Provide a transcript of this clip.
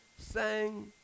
sang